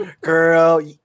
Girl